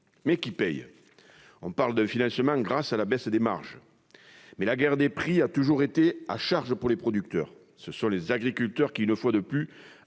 Mais qui paye ? On parle d'un financement grâce à la baisse des marges. C'est oublier que la guerre des prix a toujours été à charge pour les producteurs. Et ce sont les agriculteurs, une fois de plus,